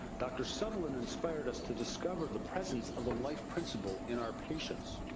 dr. sutherland inspired us to discover the presence of a life principle in our patients.